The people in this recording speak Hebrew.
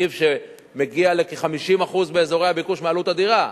מרכיב שמגיע באזורי הביקוש לכ-50% מעלות הדירה,